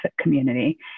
community